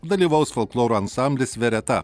dalyvaus folkloro ansamblis vereta